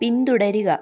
പിന്തുടരുക